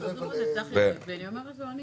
בוודאי שלא.